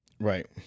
Right